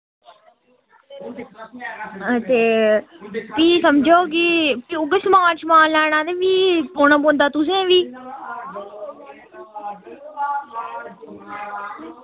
हां ते फ्ही समझो कि फ्ही उ'यै समान शमान लैना ते फ्ही औना पौंदा तुसें बी